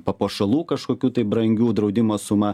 papuošalų kažkokių tai brangių draudimo suma